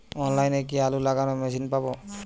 অনলাইনে কি আলু লাগানো মেশিন পাব?